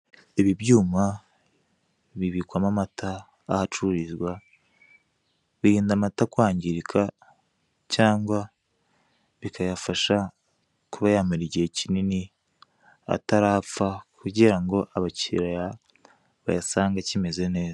Ibi byuma bibikwamo amata aho acururizwa, birinda amata kwangirika cyangwa bikayafasha kuba yamara igihe kinini atarapfa; kugira ngo abakiriya bayasange akimeze neza.